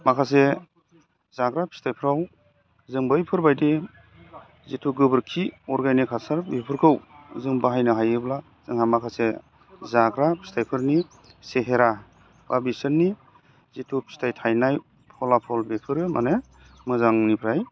माखासे जाग्रा फिथाइफ्राव जों बैफोरबायदि जिथु गोबोरखि अर्गेनिक हासार बेफोरखौ जों बाहायनो हायोब्ला जोंहा माखासे जाग्रा फिथाइफोरनि सेहेरा बा बिसोरनि जिथु फिथाइ थाइनाय फलाफल बेफोरो माने मोजांनिफ्राय